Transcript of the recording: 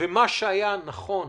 מה שהיה נכון